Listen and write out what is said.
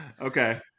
Okay